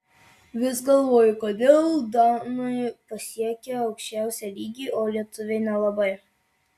vis galvoju kodėl danai pasiekią aukščiausią lygį o lietuviai nelabai